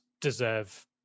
deserve